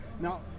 Now